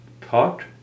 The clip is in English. Thought